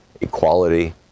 equality